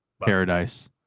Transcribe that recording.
paradise